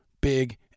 big